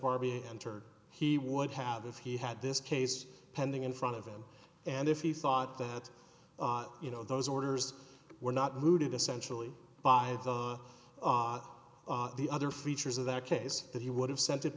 barbie and turner he would have if he had this case pending in front of them and if he thought that you know those orders were not mooted essentially by the other features of that case that he would have sent it